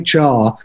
HR